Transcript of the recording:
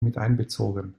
miteinbezogen